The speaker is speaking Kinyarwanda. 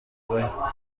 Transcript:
abeho